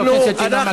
חבר הכנסת ינון מגל.